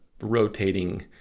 rotating